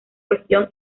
cuestión